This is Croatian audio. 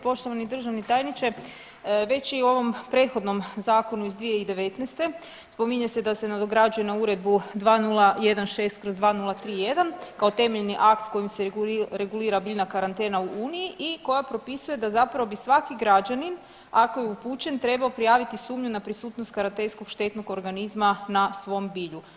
Poštovani državni tajniče, već i u ovom prethodnom zakonu iz 2019. spominje se da se nadograđuje na Uredbu 2016/2031 kao temeljni akt kojim se regulira biljna karantena u uniji i koja propisuje da zapravo bi svaki građanin ako je upućen trebao prijaviti sumnju na prisutnost karantenskog štetnog organizma na svom bilju.